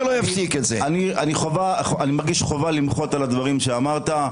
אני מרגיש חובה למחות על הדברים שאמרת.